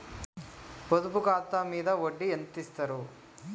పొదుపు ఖాతా మీద వడ్డీ ఎంతిస్తరు?